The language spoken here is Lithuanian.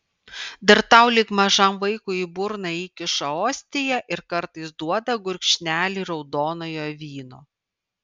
dar tau lyg mažam vaikui į burną įkiša ostiją ir kartais duoda gurkšnelį raudonojo vyno